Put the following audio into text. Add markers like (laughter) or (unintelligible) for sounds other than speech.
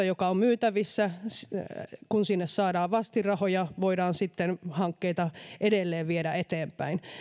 (unintelligible) joka on myytävissä saadaan vastinrahoja voidaan sitten hankkeita edelleen viedä eteenpäin